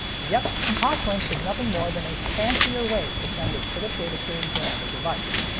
yep. toslink is nothing more than a fancier way to send a s but pdif datastream to another device.